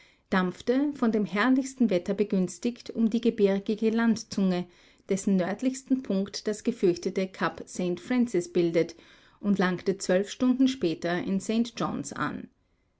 dampfte von dem herrlichsten wetter begünstigt um die gebirgige landzunge deren nördlichsten punkt das gefürchtete kap st francis bildet und langte zwölf stunden später in st johns an